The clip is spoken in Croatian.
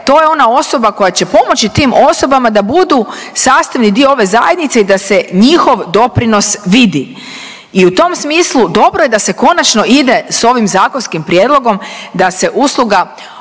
to je ona osoba koja će pomoći tim osobama da budu sastavi dio ove zajednice i da se njihov doprinos vidi. I u tom smislu dobro je da se konačno ide s ovim zakonskim prijedlogom da se usluga osobnog